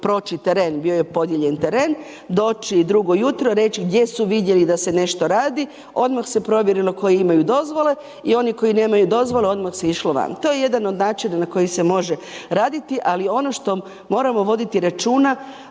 proći teren, bio je podijeljen teren, doći drugo jutro, reći gdje su vidjeli da se nešto radi, odmah se provjerilo koji imaju dozvole i oni koji nemaju dozvole odmah se išlo van. To je jedan od načina na koji se može raditi. Ali ono što moramo voditi računa